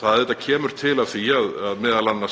Það kemur til af því að